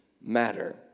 matter